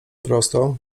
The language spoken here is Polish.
prosto